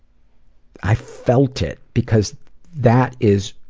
i felt it because that is,